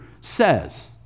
says